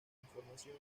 información